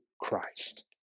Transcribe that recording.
Christ